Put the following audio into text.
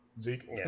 Zeke